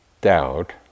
doubt